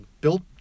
built